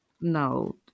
No